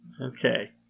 Okay